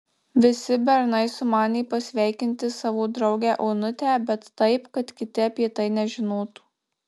visi bernai sumanė pasveikinti savo draugę onutę bet taip kad kiti apie tai nežinotų